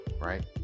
right